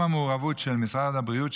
גם המעורבות של משרד הבריאות,